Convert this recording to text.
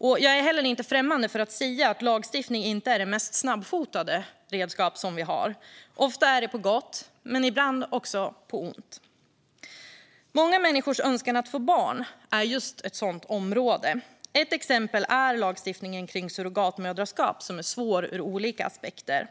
Jag är inte främmande för att säga att lagstiftning inte är det mest snabbfotade redskap vi har. Ofta är det på gott men ibland på ont. Många människors önskan att få barn är just ett sådant område. Ett exempel är lagstiftningen kring surrogatmoderskap, som är svår ur olika aspekter.